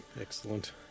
excellent